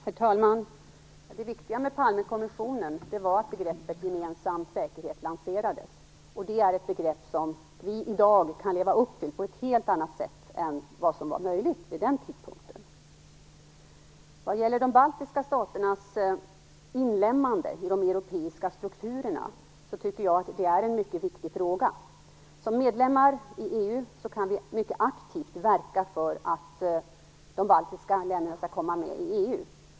Herr talman! Det viktiga med Palmekommissionen var att begreppet gemensam säkerhet lanserades. Det är ett begrepp som vi i dag kan leva upp till på ett helt annat sätt än som var möjligt vid den tidpunkten. Jag tycker att de baltiska staternas inlemmande i de europeiska strukturerna är en mycket viktig fråga. Som medlemmar i EU kan vi mycket aktivt verka för att de baltiska länderna skall komma med i EU.